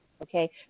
Okay